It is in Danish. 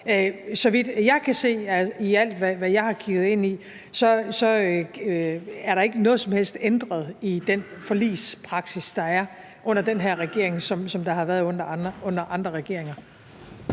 så vidt jeg kan se i alt, hvad jeg har kigget ind i, er der ikke noget som helst ændret i den forligspraksis, der er under den her regering, i forhold til hvad der har været under andre regeringer.